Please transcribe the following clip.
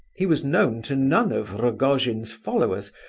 he was known to none of rogojin's followers,